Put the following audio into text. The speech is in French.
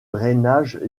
drainage